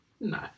No